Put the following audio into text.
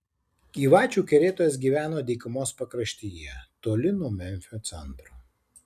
gyvačių kerėtojas gyveno dykumos pakraštyje toli nuo memfio centro